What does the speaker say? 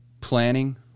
planning